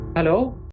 Hello